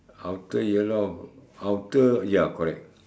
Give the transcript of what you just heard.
outer yellow out~ outer ya correct